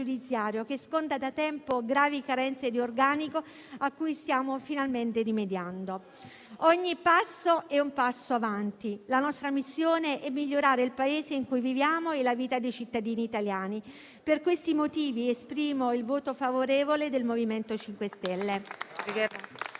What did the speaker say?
che sconta da tempo gravi carenze di organico a cui stiamo finalmente rimediando. Ogni passo è un passo avanti; la nostra missione è migliorare il Paese in cui viviamo e la vita dei cittadini italiani. Per questi motivi esprimo il voto favorevole del MoVimento 5 Stelle.